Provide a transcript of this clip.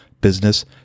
business